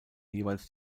jeweils